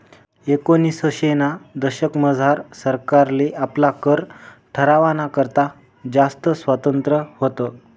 एकोनिसशेना दशकमझार सरकारले आपला कर ठरावाना करता जास्त स्वातंत्र्य व्हतं